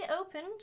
opened